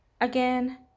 Again